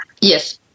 Yes